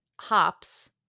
hops